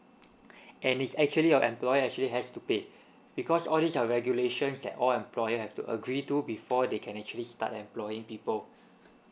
and is actually your employer actually has to pay because all these are regulations that all employer have to agree to before they can actually start employing people